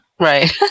Right